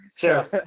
Sure